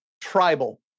tribal